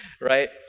Right